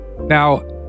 Now